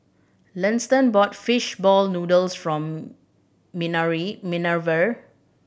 Liston bought fish ball noodles from Minerva